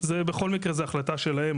זה בכל מקרה החלטה שלנו.